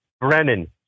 Brennan